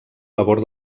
labor